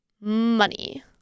Money